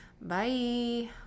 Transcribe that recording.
Bye